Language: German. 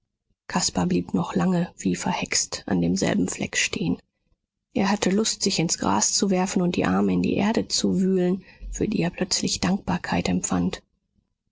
caspar blieb noch lange wie verhext an demselben fleck stehen er hatte lust sich ins gras zu werfen und die arme in die erde zu wühlen für die er plötzlich dankbarkeit empfand